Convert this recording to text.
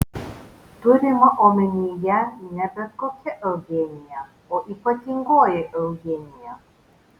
turima omenyje ne bet kokia eugenija o ypatingoji eugenija